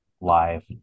live